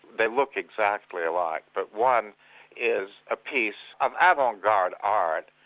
they look exactly alike, but one is a piece of avant garde art,